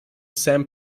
sam